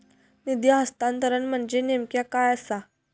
निधी हस्तांतरण म्हणजे नेमक्या काय आसा?